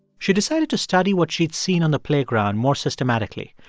she decided to study what she'd seen on the playground more systematically.